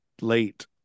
late